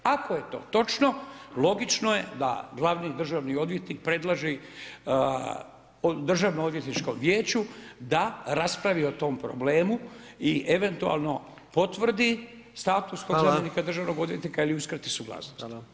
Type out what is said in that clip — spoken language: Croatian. Ako je to točno, logično je da glavni državni odvjetnik predlaže državnom odvjetničkom vijeću da raspravi o tom problemu i eventualno potvrdi status ... državnog odvjetnika ili uskrati suglasnost.